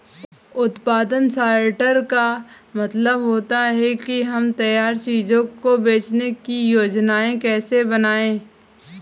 उत्पादन सॉर्टर का मतलब होता है कि हम तैयार चीजों को बेचने की योजनाएं कैसे बनाएं